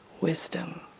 wisdom